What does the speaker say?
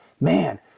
man